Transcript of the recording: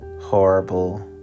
horrible